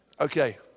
Okay